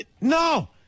No